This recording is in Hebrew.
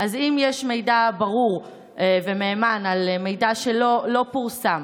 אז אם יש מידע ברור ומהימן על מידע שלא פורסם,